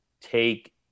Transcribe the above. take